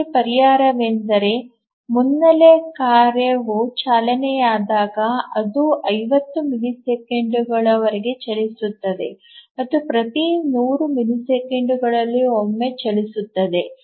ಇದಕ್ಕೆ ಪರಿಹಾರವೆಂದರೆ ಮುನ್ನೆಲೆ ಕಾರ್ಯವು ಚಾಲನೆಯಾದಾಗ ಅದು 50 ಮಿಲಿಸೆಕೆಂಡುಗಳವರೆಗೆ ಚಲಿಸುತ್ತದೆ ಮತ್ತು ಇದು ಪ್ರತಿ 100 ಮಿಲಿಸೆಕೆಂಡುಗಳಲ್ಲಿ ಒಮ್ಮೆ ಚಲಿಸುತ್ತದೆ